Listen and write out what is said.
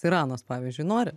iranas pavyzdžiui nori